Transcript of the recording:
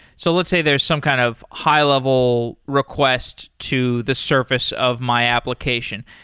so let's say there's some kind of high-level request to the surface of my application.